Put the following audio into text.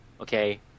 okay